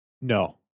No